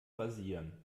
rasieren